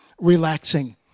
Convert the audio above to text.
relaxing